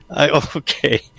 Okay